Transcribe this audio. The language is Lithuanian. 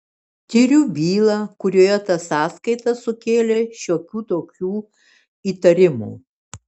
tiriu bylą kurioje ta sąskaita sukėlė šiokių tokių įtarimų